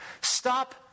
Stop